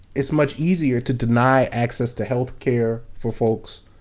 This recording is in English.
it's much easier to deny access to health care for fo lks.